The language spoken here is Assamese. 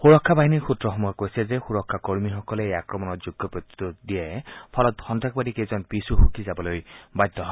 সুৰক্ষা বাহিনীৰ সূত্ৰসমূহে কৈছে যে সুৰক্ষা কৰ্মীসকলে এই আক্ৰমণৰ যোগ্য প্ৰত্যুত্তৰ দিয়ে ফলত সন্নাসবাদীকেইজন পিছ হুহকি যাবলৈ বাধ্য হয়